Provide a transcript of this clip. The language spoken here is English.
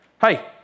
Hey